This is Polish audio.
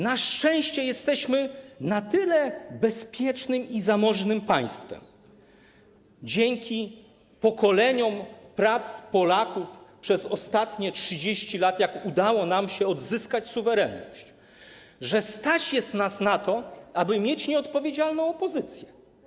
Na szczęście jesteśmy na tyle bezpiecznym i zamożnym państwem - dzięki pokoleniom pracy Polaków przez ostatnie 30 lat, odkąd udało się nam odzyskać suwerenność - że stać nas na to, aby mieć nieodpowiedzialną opozycję.